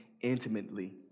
intimately